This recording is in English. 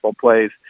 plays